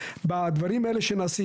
בדברים האלה שנעשים.